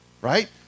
right